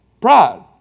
pride